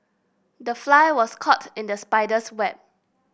the fly was caught in the spider's web